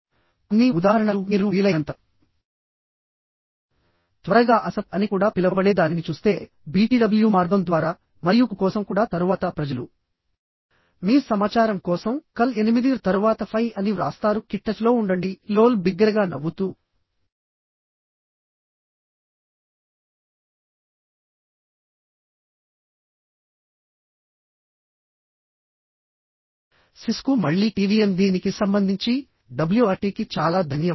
కొన్ని ఉదాహరణలు మీరు వీలైనంత త్వరగా ASAP అని కూడా పిలవబడే దానిని చూస్తే BTW మార్గం ద్వారా మరియు CU కోసం కూడా తరువాత ప్రజలు మీ సమాచారం కోసం CUL8R తరువాత FYI అని వ్రాస్తారు KIT టచ్లో ఉండండి LOL బిగ్గరగా నవ్వుతూ SYS CU మళ్ళీ TYVM దీనికి సంబంధించి డబ్ల్యుఆర్టీకి చాలా ధన్యవాదాలు